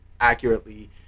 accurately